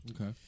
Okay